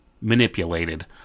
manipulated